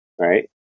right